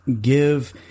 give